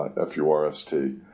F-U-R-S-T